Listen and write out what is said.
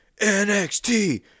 NXT